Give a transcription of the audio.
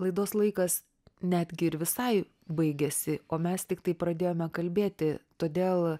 laidos laikas netgi ir visai baigėsi o mes tiktai pradėjome kalbėti todėl